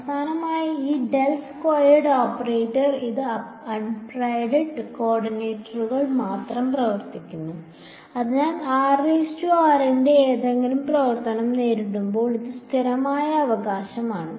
അവസാനമായി ഈ del squared operator ഇത് അൺപ്രൈംഡ് കോർഡിനേറ്റുകളിൽ മാത്രമേ പ്രവർത്തിക്കൂ അതിനാൽ r ന്റെ ഏതെങ്കിലും പ്രവർത്തനം നേരിടുമ്പോൾ അത് സ്ഥിരമായ അവകാശമാണ്